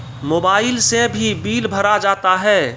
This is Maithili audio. मोबाइल से भी बिल भरा जाता हैं?